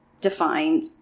defined